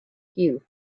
few